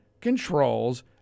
controls